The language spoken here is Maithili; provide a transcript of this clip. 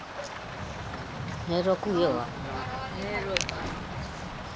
हे रोकू यौ हे रोकू